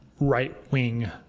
right-wing